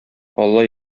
алла